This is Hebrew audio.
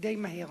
די מהר.